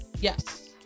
yes